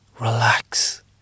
relax